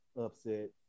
upset